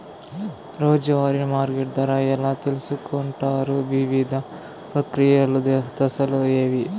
రోజూ వారి మార్కెట్ ధర ఎలా తెలుసుకొంటారు వివిధ ప్రక్రియలు దశలు ఏవి?